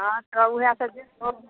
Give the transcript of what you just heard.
हँ तऽ उहे से जे